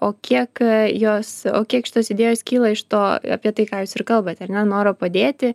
o kiek jos o kiek šitos idėjos kyla iš to apie tai ką jūs ir kalbate ar ne noro padėti